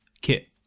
kit